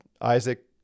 Isaac